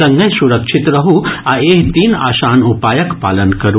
संगहि सुरक्षित रहू आ एहि तीन आसान उपायक पालन करू